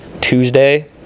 Tuesday